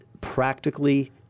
practically